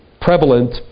prevalent